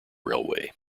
railway